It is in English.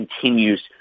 continues